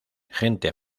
gente